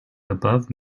above